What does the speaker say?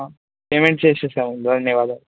payment చేసేసాం ధన్యవాదాలు